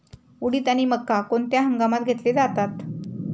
उडीद आणि मका कोणत्या हंगामात घेतले जातात?